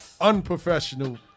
unprofessional